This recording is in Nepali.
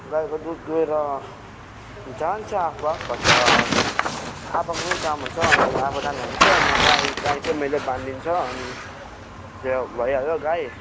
गाईको दुध दुहेर जान्छ आप्पा कता आप्पाको पनि काम हुन्छ अनि आप्पा जानु हुन्छ अनि गाई गाई चाहिँ मैले बानिदिन्छ अनि सेवा भइहाल्छ गाई